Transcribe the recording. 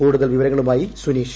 കൂടുതൽ വിവരങ്ങളുമായി സുനീഷ്